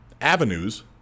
avenues